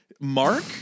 Mark